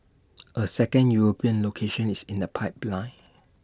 A second european location is in the pipeline